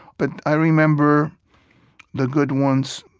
but i remember the good ones,